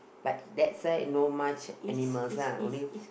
but that's why no much animals lah only